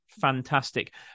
fantastic